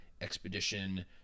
expedition